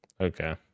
Okay